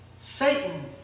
Satan